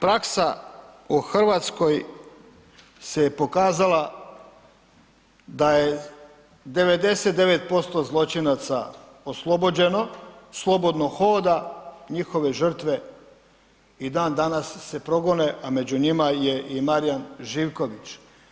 Praksa u Hrvatskoj se je pokazala da je 99% zločinaca oslobođeno, slobodno hoda, njihove žrtve i dan danas se progone, a među njima je i Marijan Živković.